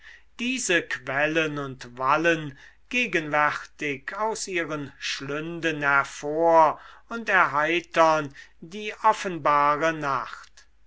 diese quellen und wallen gegenwärtig aus ihren schlünden hervor und erheitern die offenbare nacht